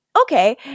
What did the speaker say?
okay